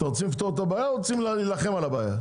אתם רוצים לפתור את הבעיה או שאתם רוצים להילחם על הבעיה?